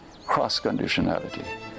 cross-conditionality